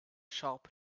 sharp